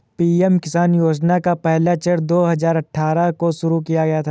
PM Kisan योजना का पहला चरण दो हज़ार अठ्ठारह को शुरू किया गया था